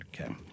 Okay